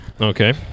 Okay